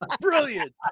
brilliant